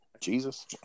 Jesus